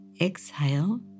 Exhale